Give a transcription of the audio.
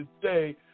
today